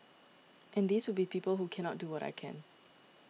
and these would be people who cannot do what I can